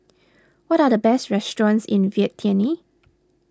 what are the best restaurants in Vientiane